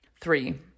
Three